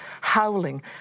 howling